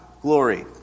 glory